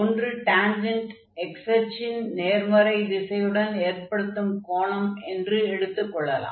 ஒன்று tangent x அச்சின் நேர்மறை திசையுடன் ஏற்படுத்தும் கோணம் என்று எடுத்துக் கொள்ளலாம்